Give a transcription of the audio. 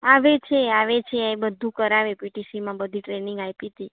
આવે છે આવે છે બધું કરાવે પીટીસીમાં બધી ટ્રેનિંગ આપી હતી